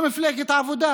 גם מפלגת העבודה